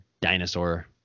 Dinosaur